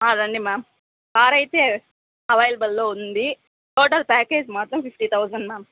రండి ma'am car అయితే అవైలబుల్లో ఉంది టోటల్ ప్యాకేజీ మాత్రం ఫిఫ్టీ థౌజండ్ మ్యామ్